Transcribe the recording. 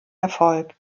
erfolg